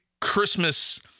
Christmas